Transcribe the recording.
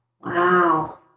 Wow